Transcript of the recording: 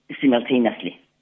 simultaneously